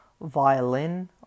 violin